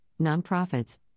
nonprofits